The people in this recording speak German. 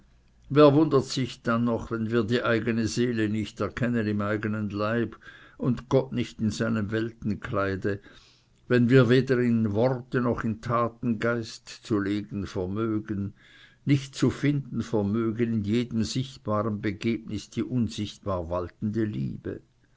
wer wundert sich dann noch wenn wir die eigene seele nicht erkennen im eigenen leibe und gott nicht in seinem weltenkleide wenn wir weder in worte noch in taten geist zu legen vermögen nicht zu finden vermögen in jedem sichtbaren begebnis die unsichtbar waltende liebe